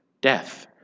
death